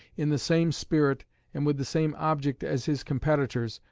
in the same spirit and with the same object as his competitors,